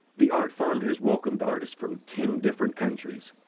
the art farm has welcomed artists from ten different countries.